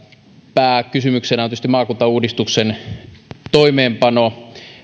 pääkysymyksenä on tietysti maakuntauudistuksen toimeenpano